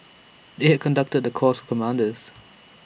they had conducted the course commanders